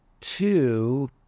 Two